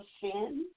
sin